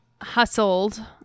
hustled